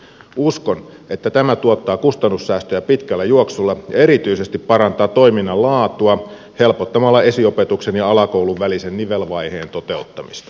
uskon että tämä tuottaa kustannussäästöjä pitkällä juoksulla ja erityisesti parantaa toiminnan laatua helpottamalla esiopetuksen ja alakoulun välisen nivelvaiheen toteuttamista